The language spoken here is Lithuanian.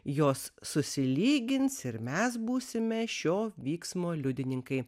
jos susilygins ir mes būsime šio vyksmo liudininkai